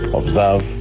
observe